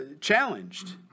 challenged